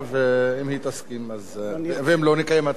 ואם היא לא תסכים נקיים הצבעה.